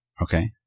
Okay